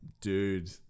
dude